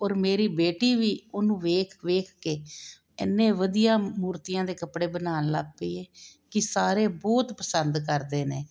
ਔਰ ਮੇਰੀ ਬੇਟੀ ਵੀ ਉਹਨੂੰ ਵੇਖ ਵੇਖ ਕੇ ਐਨੇ ਵਧੀਆ ਮੂਰਤੀਆਂ ਦੇ ਕੱਪੜੇ ਬਣਾਨ ਲੱਗ ਪਈ ਐ ਕੀ ਸਾਰੇ ਬਹੁਤ ਪਸੰਦ ਕਰਦੇ ਨੇ